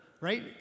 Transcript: right